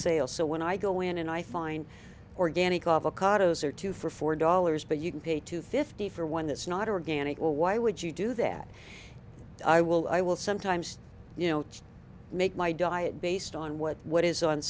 sale so when i go in and i find organic of a cardozo or two for four dollars but you can pay two fifty for one that's not organic well why would you do that i will i will sometimes you know make my diet based on what what is on